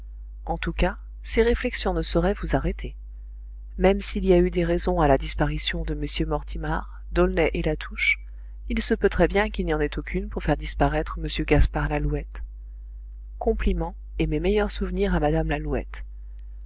en tout cas ces réflexions ne sauraient vous arrêter même s'il y a eu des raisons à la disparition de mm mortimar d'aulnay et latouche il se peut très bien qu'il n'y en ait aucune pour faire disparaître m gaspard lalouette compliments et mes meilleurs souvenirs à mme lalouette